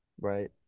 right